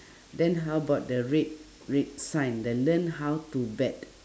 then how about the red red sign the learn how to bet